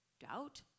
Doubt